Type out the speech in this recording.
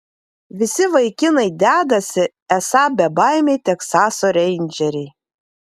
visi vaikinai dedasi esą bebaimiai teksaso reindžeriai